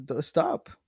stop